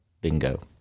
Bingo